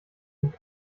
und